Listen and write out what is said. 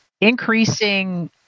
increasing